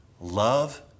love